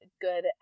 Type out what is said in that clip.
good